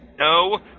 No